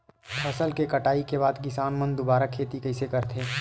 फसल के कटाई के बाद किसान मन दुबारा खेती कइसे करथे?